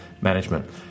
management